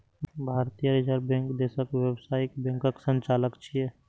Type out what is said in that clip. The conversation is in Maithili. भारतीय रिजर्व बैंक देशक व्यावसायिक बैंकक संचालक छियै